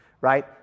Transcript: right